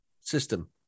system